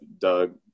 Doug